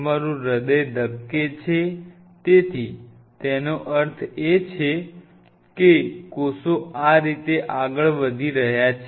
તમારું હૃદય ધબકે છે તેથી તેનો અર્થ એ છે કે કોષો આ રીતે આગળ વધી રહ્યા છે